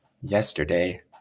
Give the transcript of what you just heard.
Yesterday